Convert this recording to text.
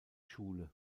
schule